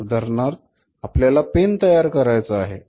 उदाहरणार्थ आपल्याला पेन तयार करायचा आहे